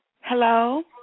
Hello